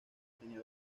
tenía